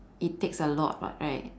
it takes a lot [what] right